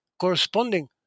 corresponding